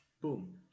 Boom